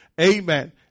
Amen